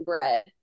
bread